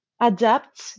adapt